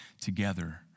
together